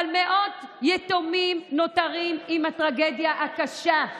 אבל מאות יתומים נותרים עם הטרגדיה הקשה,